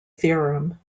theorem